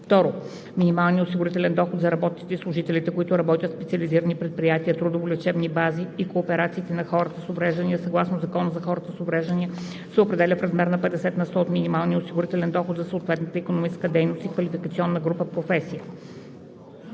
2. Минималният осигурителен доход за работниците и служителите, които работят в специализирани предприятия, трудово-лечебните бази и кооперациите на хората с увреждания, съгласно Закона за хората с увреждания, се определя в размер 50 на сто от минималния осигурителен доход за съответната икономическа дейност и квалификационна група професия.